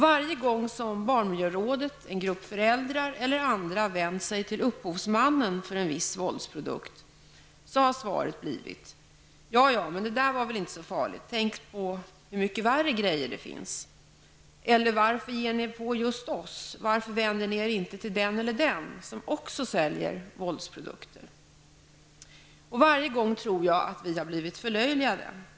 Varje gång som barnmiljörådet, en grupp föräldrar eller andra vänt sig till upphovsmannen för en viss våldsprodukt har svaret blivit: Ja, ja, men det där var väl inte så farligt. Tänk på hur mycket värre grejer det finns. Eller: Varför ger ni er på just oss, varför vänder ni er inte till den eller den, som också säljer våldsprodukter. Jag tror att vi har blivit förlöjligade varje gång.